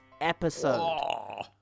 episode